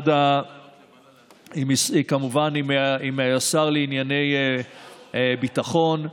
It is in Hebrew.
כמובן עם השר לענייני ביטחון,